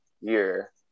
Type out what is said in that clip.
year